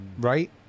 right